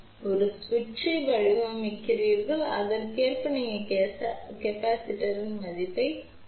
நீங்கள் ஒரு சுவிட்சை வடிவமைக்கிறீர்கள் அதற்கேற்ப நீங்கள் கொள்ளளவின் மதிப்பைக் கணக்கிடுகிறீர்கள்